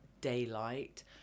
daylight